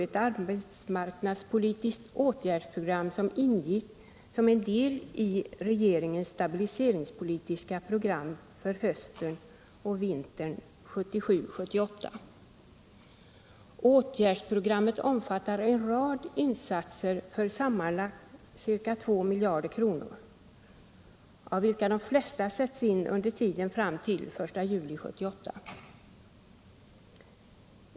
Riksdagen antog under hösten 1977 ett arbetsmarknadspolitiskt åtgärdsprogram för hösten och vintern 1977/78. Åtgärdsprogrammet omfattar en rad insatser för sammanlagt ca 2 miljarder kronor, av vilka de flesta sätts in under tiden fram till den 1 juli 1978.